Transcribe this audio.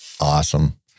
Awesome